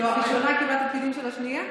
כאילו, הראשונה קיבלה תפקידים של השנייה?